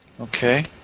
Okay